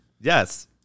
Yes